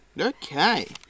Okay